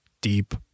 deep